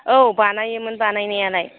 औ बानायोमोन बानाय नायालाय